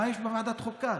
מה יש בוועדת חוקה?